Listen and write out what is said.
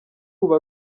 ubu